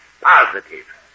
positive